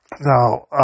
now